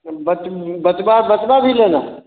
बच बचवा बचवा भी लेना